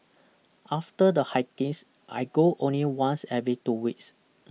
after the hikings I go only once every two weeks